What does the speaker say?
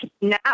now